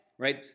right